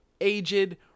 aged